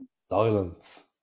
Silence